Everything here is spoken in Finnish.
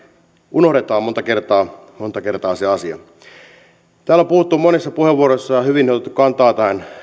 unohdetaan monta kertaa monta kertaa se asia täällä on puhuttu monissa puheenvuoroissa ja hyvin otettu kantaa tähän